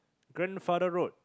grandfather road